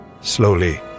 Slowly